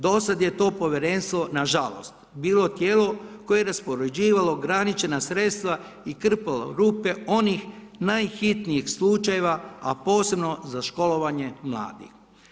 Do sada je to povjerenstvo nažalost, bilo tijelo koje je raspoređivalo ograničena sredstva i krpalo rupe onih najhitnijih slučajeva, a posebno za školovanje mladih.